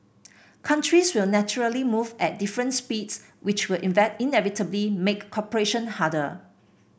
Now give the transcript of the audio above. countries will naturally move at different speeds which will inevitably make cooperation harder